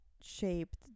shaped